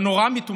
פנורמית ומרשימה.